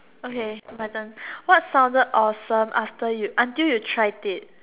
okay my turn what sounded awesome after you until you tried it